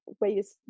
ways